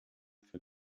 für